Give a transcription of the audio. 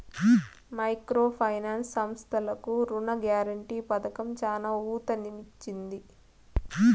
micro finance సంస్థలకు రుణ guarantee పథకం చానా ఊతమిచ్చింది